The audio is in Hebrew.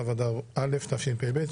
ו' באדר א' תשפ"ב,